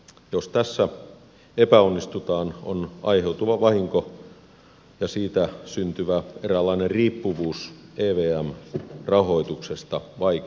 jos tässä epäonnistutaan on aiheutuva vahinko ja siitä syntyvä eräänlainen riippuvuus evm rahoituksesta vaikea korjata